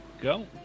Go